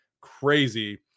crazy